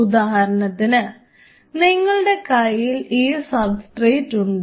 ഉദാഹരണത്തിന് നിങ്ങളുടെ കൈയിൽ ഈ സബ്സ്ട്രേറ്റ് ഉണ്ട്